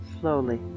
slowly